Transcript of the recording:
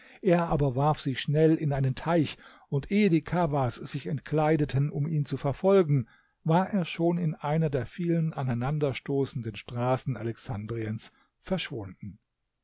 er aber warf sich schnell in einen teich und ehe die kawas sich entkleideten um ihn zu verfolgen war er schon in einer der vielen aneinander stoßenden straßen alexandriens verschwunden